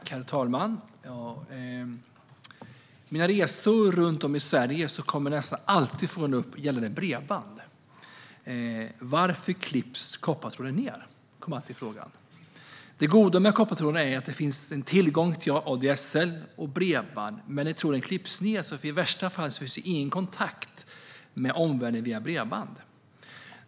Herr talman! Under mina resor runt om i Sverige kommer nästan alltid bredband på tal. Varför klipps koppartråden? Den frågan får jag alltid. Det goda med koppartråden är att det finns tillgång till ADSL och bredband. När tråden klipps finns det i värsta fall ingen kontakt med omvärlden via bredband.